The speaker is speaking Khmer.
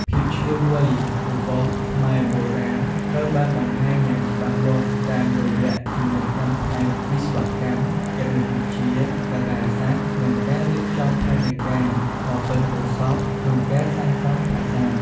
ភាពឈ្លាសវៃរបស់ខ្មែរបុរាណត្រូវបានបង្ហាញយ៉ាងច្បាស់លាស់តាមរយៈចំណេះដឹងផ្នែកវិស្វកម្ម គណិតវិទ្យា តារាសាស្ត្រ និងការរៀបចំផែនការដ៏ប៉ិនប្រសប់ក្នុងការសាងសង់ប្រាសាទ។